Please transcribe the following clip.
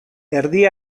erdi